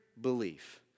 belief